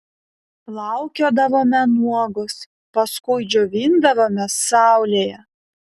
plaukiodavome nuogos paskui džiovindavomės saulėje